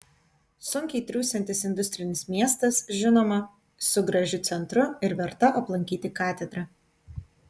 sunkiai triūsiantis industrinis miestas žinoma su gražiu centru ir verta aplankyti katedra